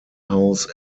house